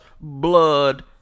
Blood